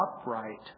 upright